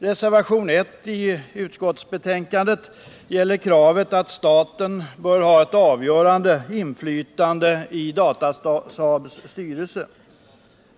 Reservationen 1 till betänkandet gäller kravet på att staten bör ha ett avgörande inflytande i Datasaabs styrelse.